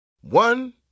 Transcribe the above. One